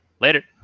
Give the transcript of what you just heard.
Later